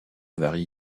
varie